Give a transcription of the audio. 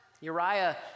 Uriah